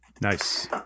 nice